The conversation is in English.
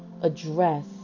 address